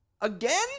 Again